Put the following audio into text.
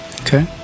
Okay